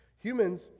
Humans